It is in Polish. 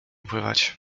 pływać